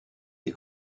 des